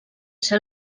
ser